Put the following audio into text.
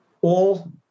All-